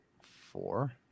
four